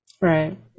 Right